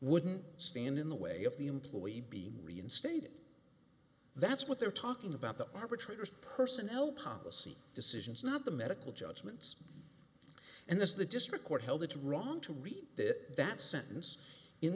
wouldn't stand in the way of the employee be reinstated that's what they're talking about the arbitrator's personnel policy decisions not the medical judgments and that's the district court held it's wrong to read that that sentence in